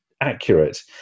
accurate